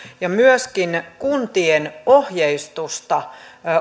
myöskin kuntien ohjeistusta